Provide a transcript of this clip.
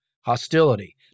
hostility